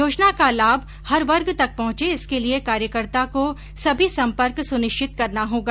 योजना का लाभ हर वर्ग तक पहंचे इसके लिए कार्यकर्ता को सभी सम्पर्क सुनिश्चित करना होगा